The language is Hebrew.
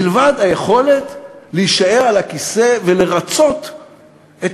מלבד היכולת להישאר על הכיסא ולרצות את